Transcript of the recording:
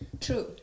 True